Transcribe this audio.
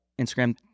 Instagram